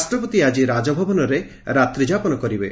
ରାଷ୍ଟ୍ରପତି ଆଜି ରାଜଭବନରେ ରାତ୍ରୀଯାପନ କରିବେ